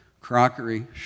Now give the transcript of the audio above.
crockery